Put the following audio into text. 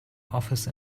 office